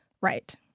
Right